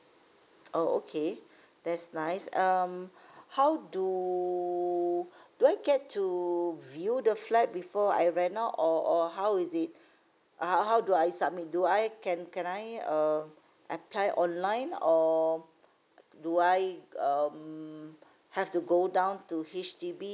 oh okay that's nice um how do do I get to view the flat before I rent out or or how is it uh how do I submit do I can can I uh apply online or do I um have to go down to H_D_B